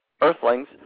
earthlings